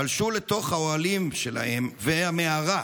הם פלשו לתוך האוהלים שלהם ולמערה,